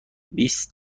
بیست